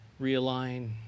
realign